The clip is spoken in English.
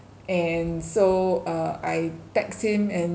and so uh I text him and